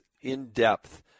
in-depth